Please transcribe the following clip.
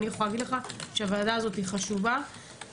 אני יכולה להגיד לך שהוועדה הזאת חשובה והמסקנות